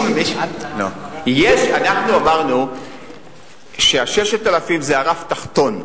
אנחנו אמרנו שה-6,000 זה רף תחתון.